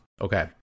Okay